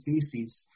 species